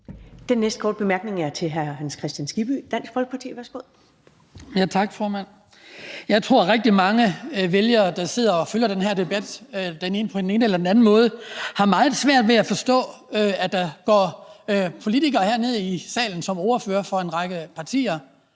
Den næste korte bemærkning er fra Hans Kristian Skibby, Dansk Folkeparti. Værsgo. Kl. 10:48 Hans Kristian Skibby (DF): Tak, formand. Jeg tror, rigtig mange vælgere, der sidder og følger den her debat på den ene eller den anden måde, har meget svært ved at forstå, at der går politikere herned i salen som ordførere for en række partier